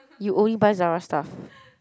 you only buy Zara stuff